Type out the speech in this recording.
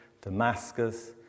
Damascus